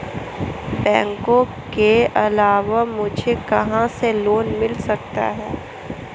बैंकों के अलावा मुझे कहां से लोंन मिल सकता है?